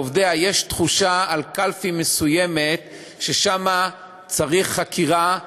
לעובדיה יש תחושה על קלפי מסוימת ששם צריך חקירה,